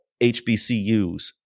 HBCUs